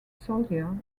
soldiers